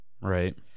Right